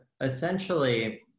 Essentially